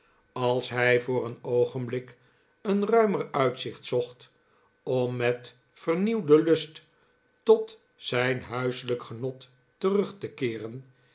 als hij voor een oogenblik een ruimer uitzicht zocht om met vernieuwden lust tot zijn huiselijk genot terug te keeren